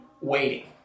waiting